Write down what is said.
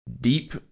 Deep